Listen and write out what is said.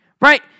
right